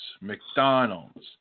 McDonald's